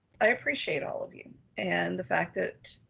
ah appreciate all of you and the fact that,